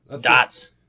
Dots